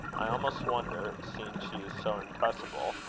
i almost wonder, seeing she is so impressible,